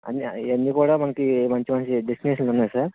అన్ని ఈయన్ని కూడా మనకి మంచి మంచి డెస్టినేషన్లు ఉన్నాయి సార్